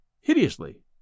hideously